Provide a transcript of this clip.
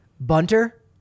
bunter